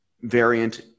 variant